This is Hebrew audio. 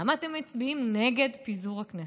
למה אתם מצביעים נגד פיזור הכנסת?